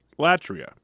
Latria